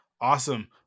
Awesome